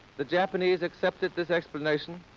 the japanese accepted this explanation.